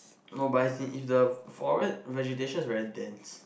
no but I seen it's the forest registration is very dense